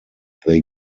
they